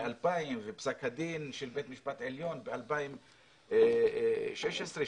2000 ופסק הדין של בית המשפט העליון ב-2016 שהיו